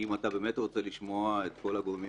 כי אם אתה באמת רוצה לשמוע את כל הגורמים